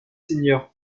seigneurs